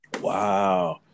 Wow